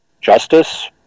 Justice